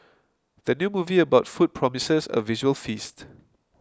the new movie about food promises a visual feast